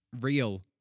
real